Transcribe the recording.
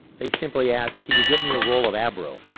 they simply ask, can you get me a roll of abro?